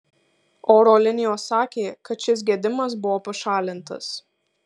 oro linijos sakė kad šis gedimas buvo pašalintas